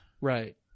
right